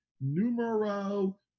numero